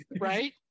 Right